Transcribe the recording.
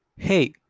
Hey